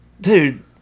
Dude